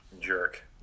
jerk